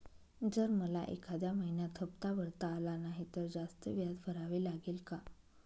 जर मला एखाद्या महिन्यात हफ्ता भरता आला नाही तर जास्त व्याज भरावे लागेल का?